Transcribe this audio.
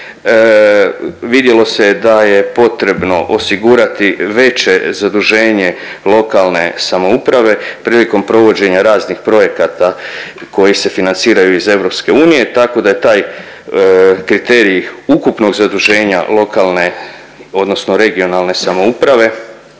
vidjelo se da je potrebno osigurati veće zaduženje lokalne samouprave prilikom provođenja raznih projekata koji se financiraju iz EU tako da je taj kriterij ukupnog zaduženja lokalne odnosno regionalne samouprave